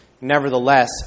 Nevertheless